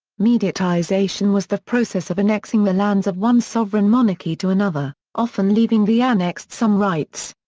mediatization was the process of annexing the lands of one sovereign monarchy to another, often leaving the annexed some rights.